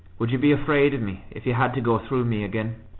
would you be afraid of me if you had to go through me again?